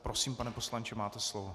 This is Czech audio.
Prosím, pane poslanče, máte slovo.